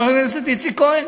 אמר לך חבר הכנסת איציק כהן: